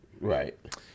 right